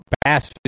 Bass